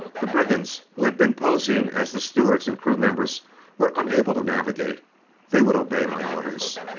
the brigands who had been posing as the stewards and crew members were unable to navigate they would obey my orders.